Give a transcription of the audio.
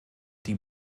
die